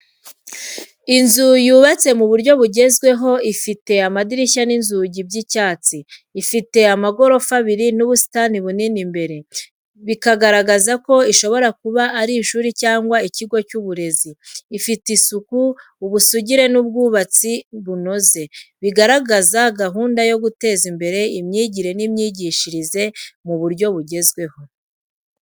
Inzu yubatse mu buryo bugezweho, ifite amadirishya n'inzugi by’icyatsi, ifite amagorofa abiri n’ubusitani bunini imbere, bikagaragaza ko ishobora kuba ari ishuri cyangwa ikigo cy’uburezi. Ifite isuku, ubusugire n’ubwubatsi bunoze, bigaragaza gahunda yo guteza imbere imyigire n’imyigishirize mu buryo bugezweho.